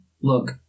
Look